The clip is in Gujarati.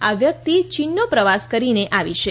આ વ્યક્તિ ચીનનો પ્રવાસ કરીને આવી છે